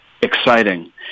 exciting